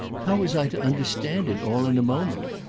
how was i to understand it all in a moment?